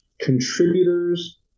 contributors